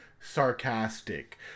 sarcastic